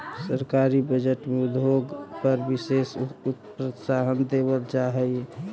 सरकारी बजट में उद्योग पर विशेष प्रोत्साहन देवल जा हई